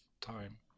time